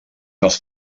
els